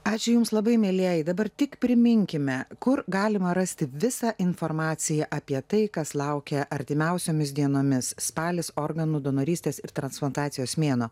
ačiū jums labai mielieji dabar tik priminkime kur galima rasti visą informaciją apie tai kas laukia artimiausiomis dienomis spalis organų donorystės ir transplantacijos mėnuo